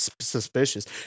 suspicious